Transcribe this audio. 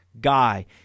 guy